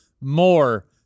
more